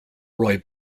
roy